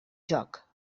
joc